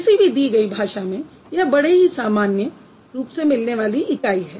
किसी भी दी गयी भाषा में यह बड़े ही सामान्य रूप से मिलने वाली इकाई हैं